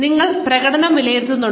നിങ്ങൾ പ്രകടനം വിലയിരുത്തുന്നുണ്ടോ